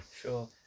Sure